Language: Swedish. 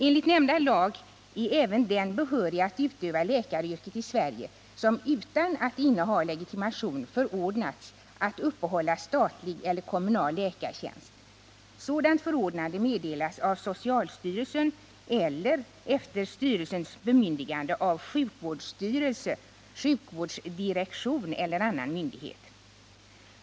Enligt nämnda lag är även den behörig att utöva läkaryrket i Sverige som utan att inneha legitimation förordnats att uppehålla statlig eller kommunal läkartjänst. Sådant förordnande meddelas av socialstyrelsen eller efter styrelsens bemyndigande av sjukvårdsstyrelse, sjukvårdsdirektion eller annan myndighet.